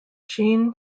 jean